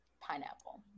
Pineapple